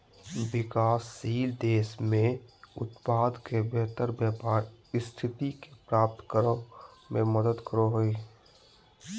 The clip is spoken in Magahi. विकासशील देश में उत्पाद के बेहतर व्यापार स्थिति के प्राप्त करो में मदद करो हइ